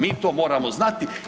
Mi to moramo znati.